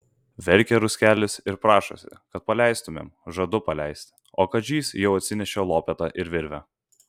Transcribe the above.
verkia ruskelis ir prašosi kad paleistumėm žadu paleisti o kadžys jau atsinešė lopetą ir virvę